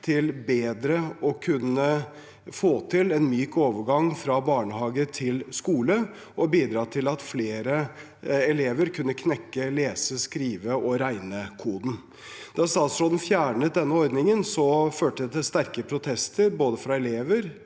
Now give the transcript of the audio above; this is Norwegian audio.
til bedre å kunne få til en myk overgang fra barnehage til skole og bidra til at flere elever kunne knekke lese-, skrive- og regnekoden. Da statsråden fjernet denne ordningen, førte det til sterke protester fra både elever,